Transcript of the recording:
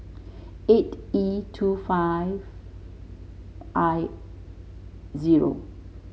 eight E two five I zero